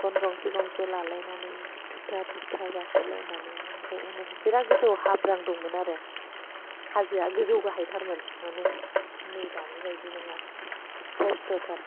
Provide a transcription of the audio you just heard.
गन गंसे गंसे लालायनानै थुगथा थुगथा गाखोज्लायनानै ओमफ्राय मानो बिराद गोजौआव हाब्रां दंमोन आरो हाजोआ गोजौ गाहाय थारमोन माने नै दानिबायदि नङा खस्थथार